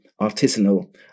artisanal